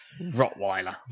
Rottweiler